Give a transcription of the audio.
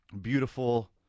beautiful